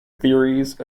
theories